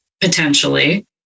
potentially